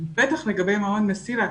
בטח לגבי מעון 'מסילה',